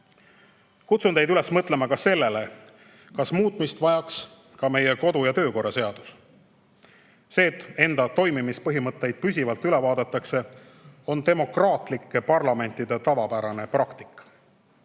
Kutsun teid üles mõtlema sellelegi, kas muutmist vajaks ka meie kodu- ja töökorra seadus. See, et enda toimimispõhimõtteid püsivalt üle vaadatakse, on demokraatlike parlamentide tavapärane praktika.